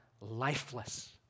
lifeless